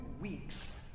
weeks